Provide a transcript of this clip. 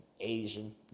Asian